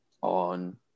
on